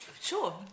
sure